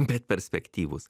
bet perspektyvūs